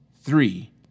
Three